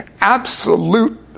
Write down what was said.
absolute